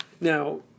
Now